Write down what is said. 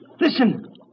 Listen